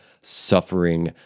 suffering